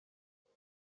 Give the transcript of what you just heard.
شراب